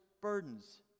burdens